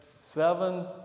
seven